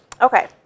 Okay